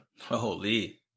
Holy